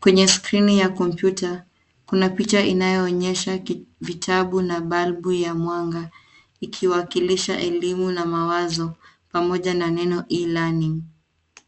Kwenye skrini ya kompyuta kuna picha inayoonyesha vitabu na balbu ya mwanga ikiwakilisha elimu na mawazo pamoja na neno e-learning .